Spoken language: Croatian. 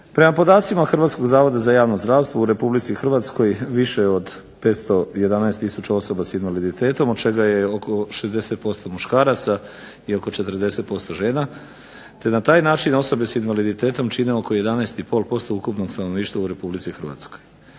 Prema podacima Hrvatskog zavoda za javno zdravstvo u RH više je od 511 tisuća osobe sa invaliditetom od čega je oko 60% muškaraca i oko 40% žena, te na taj način osobe sa invaliditetom čine oko 11,5% ukupnog stanovništva u RH. Najveći broj